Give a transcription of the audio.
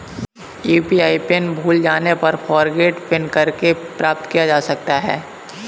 UPI pin भूल जाने पर फ़ॉरगोट पिन करके प्राप्त किया जा सकता है